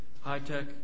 high-tech